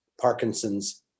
Parkinson's